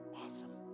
Awesome